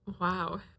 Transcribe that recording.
Wow